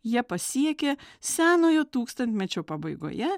jie pasiekė senojo tūkstantmečio pabaigoje